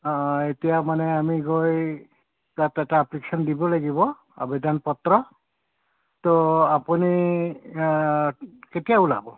অঁ অঁ এতিয়া মানে আমি গৈ তাত এটা এপ্লিকেশ্যন দিব লাগিব আবেদন পত্ৰ ত' আপুনি কেতিয়া ওলাব